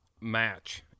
match